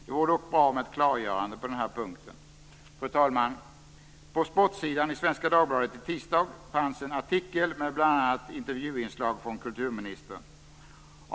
Det vore dock bra med ett klargörande på den här punkten. Fru talman! På sportsidan i Svenska Dagbladet i tisdags fanns en artikel med bl.a. en intervju med kulturministern.